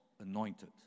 anointed